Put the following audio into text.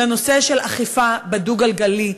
לנושא של אכיפה בדו-גלגלי.